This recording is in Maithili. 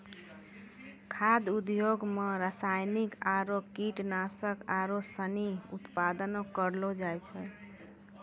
खाद्य उद्योग मे रासायनिक आरु कीटनाशक आरू सनी उत्पादन करलो जाय छै